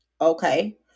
Okay